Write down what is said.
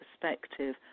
perspective